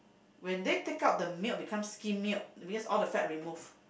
when they take out the milk become skim milk because all the fat remove